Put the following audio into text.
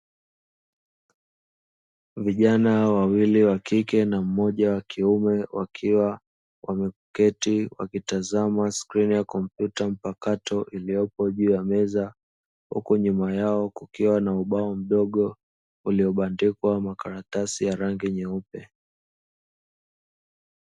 Vijana wawili wakike na mmoja wakiume wakiwa wameketi wakitazama skrini ya kompyuta mpakato iliyopo juu ya meza, huku nyuma yao kukiwa na ubao mdogo uliobandikwa makaratasi ya rangi nyeupe.